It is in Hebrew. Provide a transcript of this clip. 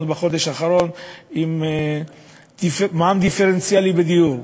בחודש האחרון על מע"מ דיפרנציאלי בדיור,